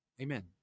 Amen